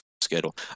schedule